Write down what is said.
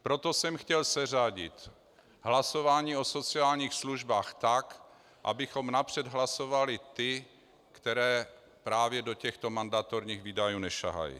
Proto jsem chtěl seřadit hlasování o sociálních službách tak, abychom napřed hlasovali ty, které právě do těchto mandatorních výdajů nesahají.